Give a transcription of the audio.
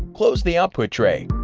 close the output tray.